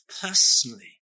personally